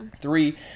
Three